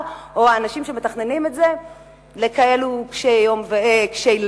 או אנשים שמתכננים את זה לכאלה קשי לב,